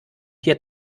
hier